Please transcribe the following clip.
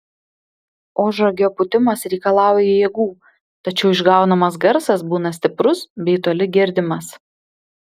ožragio pūtimas reikalauja jėgų tačiau išgaunamas garsas būna stiprus bei toli girdimas